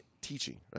teaching